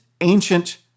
ancient